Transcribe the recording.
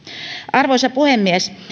arvoisa puhemies